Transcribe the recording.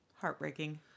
Heartbreaking